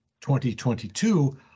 2022